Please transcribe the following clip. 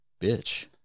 bitch